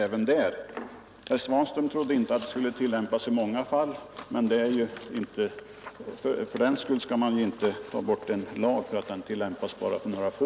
Herr Svanström trodde som sagt inte att den möjligheten skulle komma att utnyttjas i så särskilt många fall, men man skall ju inte ta bort en lag bara därför att den tillämpas endast för några få.